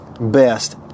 best